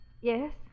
Yes